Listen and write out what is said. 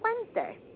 wednesday